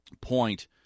point